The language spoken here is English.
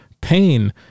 pain